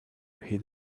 hit